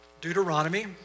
Deuteronomy